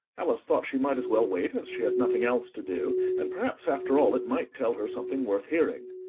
alice thought she might as well wait, as she had nothing else to do, and perhaps after all it might tell her something worth hearing.